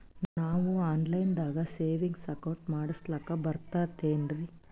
ನಾವು online ದಾಗ savings account ಮಾಡಸ್ಲಾಕ ಬರ್ತದೇನ್ರಿ?